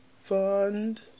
fund